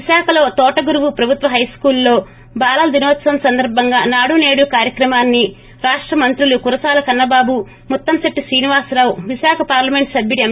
విశాఖలో తోటగురువు ప్రభుత్వ హై స్కూల్ లో బాలల దినోత్సవం సందర్బంగా నాడు సేడు కార్యక్రమాన్ని రాష్ట మంత్రులు కురసాల ్ కన్నబాబు ముత్తంశిట్టి క్రీనివాసరావు విశాఖ పార్లమెంట్ సభ్యుడు ఎం